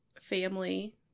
family